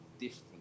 different